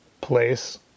place